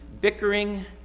bickering